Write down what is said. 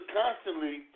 constantly